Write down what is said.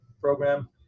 program